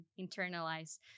internalize